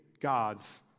God's